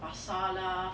pasar lah